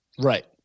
Right